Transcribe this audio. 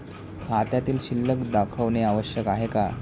खात्यातील शिल्लक दाखवणे आवश्यक आहे का?